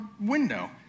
window